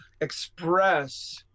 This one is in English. express